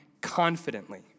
confidently